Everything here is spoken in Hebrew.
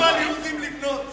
אסרנו על יהודים לבנות.